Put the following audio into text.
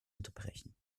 unterbrechen